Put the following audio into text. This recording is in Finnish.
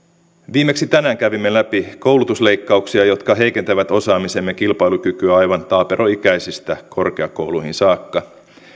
viimeksi tänään kävimme läpi koulutusleikkauksia jotka heikentävät osaamisemme kilpailukykyä aivan taaperoikäisistä korkeakouluihin saakka